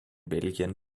belgien